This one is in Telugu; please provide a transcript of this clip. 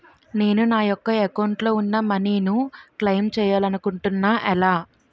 నేను నా యెక్క అకౌంట్ లో ఉన్న మనీ ను క్లైమ్ చేయాలనుకుంటున్నా ఎలా?